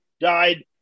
died